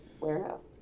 warehouse